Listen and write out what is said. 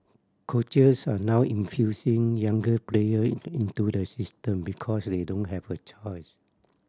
coaches are now infusing younger player in into the system because they don't have a choice